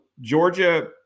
georgia